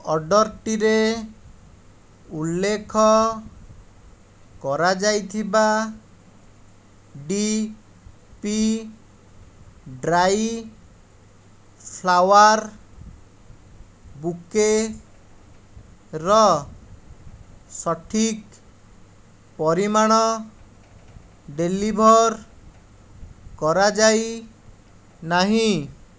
ଅର୍ଡ଼ର୍ଟିରେ ଉଲ୍ଲେଖ କରାଯାଇଥିବା ଡି ପି ଡ୍ରାଏ ଫ୍ଲାୱାର୍ ବୁକେର ସଠିକ୍ ପରିମାଣ ଡେଲିଭର୍ କରାଯାଇ ନାହିଁ